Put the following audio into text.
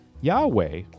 Yahweh